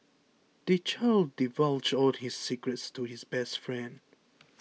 the child divulged all his secrets to his best friend